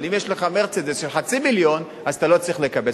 אבל אם יש לך "מרצדס" של חצי מיליון אז אתה לא צריך לקבל.